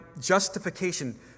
justification